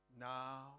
Now